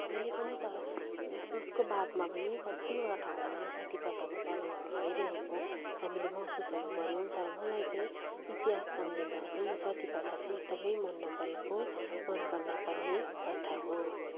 अहिले पनि त यसको बादमा पनि कतिवटा ठाउँमा सती प्रथाको चलनहरू भइरहेको हामीले महसुसहरू गऱ्यौँ तर मलाई चाहिँ इत्यास सम्झिँदा अझै यो सती प्रथा चाहिँ एकदमै मन नपरेको मन नपर्ने प्रथा हो